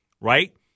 right